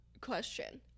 question